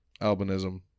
albinism